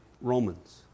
Romans